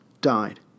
died